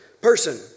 person